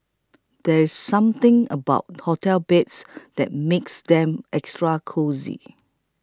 there's something about hotel beds that makes them extra cosy